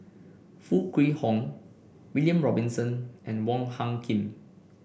Foo Kwee Horng William Robinson and Wong Hung Khim